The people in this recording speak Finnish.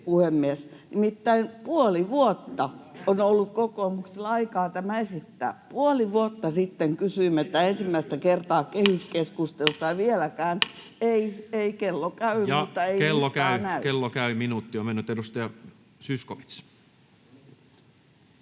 Nimittäin puoli vuotta on ollut kokoomuksella aikaa tämä esittää. Puoli vuotta sitten kysyimme tätä ensimmäistä kertaa kehyskeskustelussa, ja kello käy, mutta ei listaa näy. [Speech 172] Speaker: Toinen varapuhemies